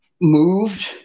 moved